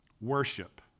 worship